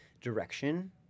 direction